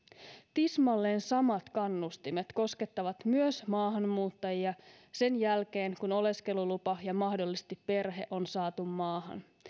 tismalleen samat kannustimet koskettavat myös maahanmuuttajia sen jälkeen kun oleskelulupa ja mahdollisesti perhe on saatu maahan